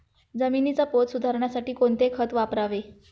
जमिनीचा पोत सुधारण्यासाठी कोणते खत वापरावे?